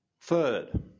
Third